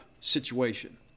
situation